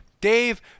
Dave